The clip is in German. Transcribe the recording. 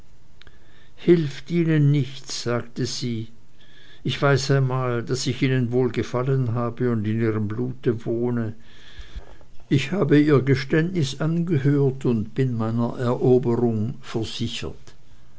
hilft ihnen nichts sagte sie ich weiß einmal daß ich ihnen wohlgefallen habe und in ihrem blute wohne ich habe ihr geständnis angehört und bin meiner eroberung versichert